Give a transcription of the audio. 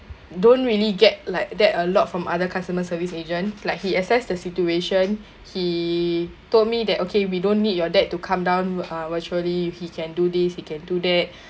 don't really get like that a lot from other customer service agent like he assessed the situation he told me that okay we don't need your dad to come down uh virtually he can do this he can do that